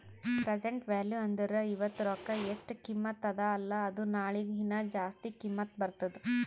present value ಅಂದುರ್ ಇವತ್ತ ರೊಕ್ಕಾ ಎಸ್ಟ್ ಕಿಮತ್ತ ಅದ ಅಲ್ಲಾ ಅದು ನಾಳಿಗ ಹೀನಾ ಜಾಸ್ತಿ ಕಿಮ್ಮತ್ ಬರ್ತುದ್